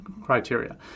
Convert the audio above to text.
criteria